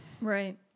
Right